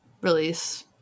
release